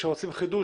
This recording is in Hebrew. כשרוצים חידוש,